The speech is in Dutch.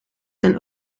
ten